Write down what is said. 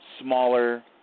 smaller